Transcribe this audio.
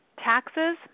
taxes